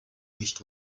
nicht